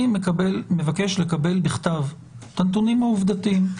אני מבקש לקבל בכתב נתונים עובדתיים.